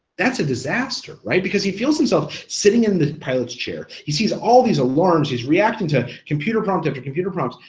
that's a disaster, because he feels himself sitting in the pilot's chair, he sees all these alarms, he's reacting to computer prompt after computer prompt,